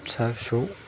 फिसा फिसौ